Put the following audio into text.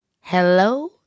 Hello